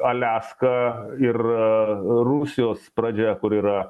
aliaską ir rusijos pradžia kur yra